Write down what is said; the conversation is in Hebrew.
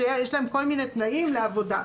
יש להם כל מיני תנאים לעבודה.